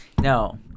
no